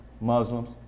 Muslims